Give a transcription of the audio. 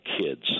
kids